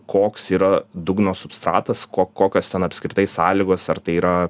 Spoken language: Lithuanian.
koks yra dugno substratas ko kokios ten apskritai sąlygos ar tai yra